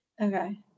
okay